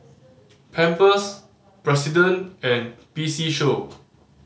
Pampers President and P C Show